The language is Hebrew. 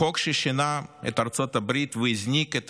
החוק ששינה את ארצות הברית והזניק את